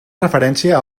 referència